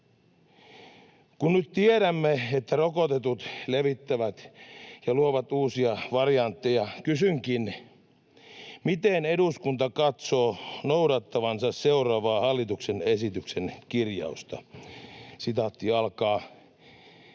Kun nyt tiedämme, että rokotetut levittävät ja luovat uusia variantteja, kysynkin, miten eduskunta katsoo noudattavansa seuraavaa hallituksen esityksen kirjausta: ”Esitys toisaalta